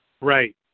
Right